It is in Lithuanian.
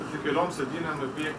tik keliom sėdynėm į priekį